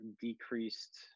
decreased